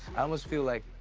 i almost feel like.